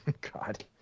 God